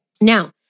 Now